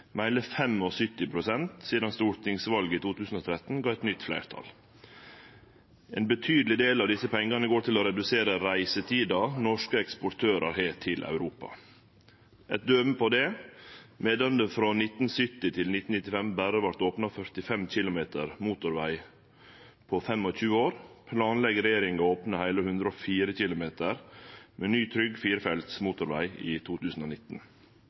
med heile 75 pst. sidan stortingsvalet i 2013 gav eit nytt fleirtal. Ein betydeleg del av desse pengane går til å redusere reisetida norske eksportørar har til Europa. Eit døme på det: Medan det frå 1970 til 1995 berre vart opna 45 kilometer motorveg – på 25 år – planlegg regjeringa å opne heile 104 kilometer med ny, trygg firefelts-motorveg i 2019.